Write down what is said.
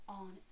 on